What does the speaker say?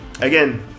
again